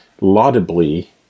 laudably